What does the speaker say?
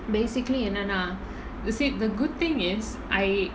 basically என்னன்னா:ennannaa you see the good thing is I